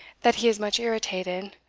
that he is much irritated,